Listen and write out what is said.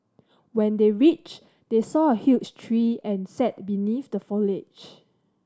when they reached they saw a huge tree and sat beneath the foliage